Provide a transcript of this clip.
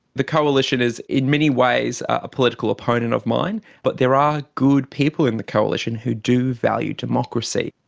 the coalition is in many ways a political opponent of mine, but there are good people in the coalition who do value democracy.